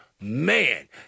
man